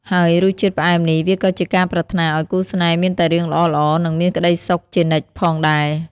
ហើយរសជាតិផ្អែមនេះវាក៏ជាការប្រាថ្នាឲ្យគូស្នេហ៍មានតែរឿងល្អៗ និងមានក្ដីសុខជានិច្ចផងដែរ។